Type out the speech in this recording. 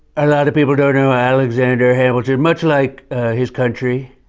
a lot of people don't know alexander hamilton, much like his country,